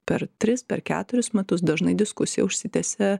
per tris per keturis metus dažnai diskusija užsitęsia